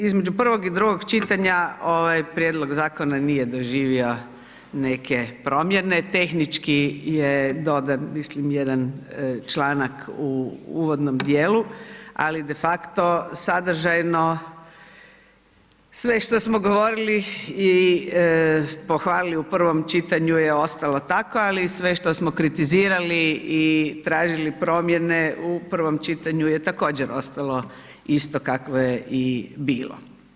Između prvog i drugog čitanja ovaj prijedlog zakona nije doživio neke promjene, tehnički je dodan mislim jedan članak u uvodnom djelu ali de facto sadržajno sve što smo govorili i pohvalili u prvom čitanju je ostalo tako ali i sve što smo kritizirali i tražili promjene u prvom čitanju je također ostalo isto kakvo je i bilo.